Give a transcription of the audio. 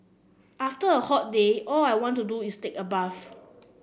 after a hot day all I want to do is take a bath